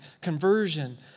conversion